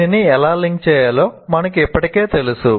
దీన్ని ఎలా లింక్ చేయాలో మనకు ఇప్పటికే తెలుసు